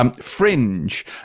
Fringe